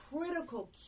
critical